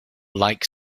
like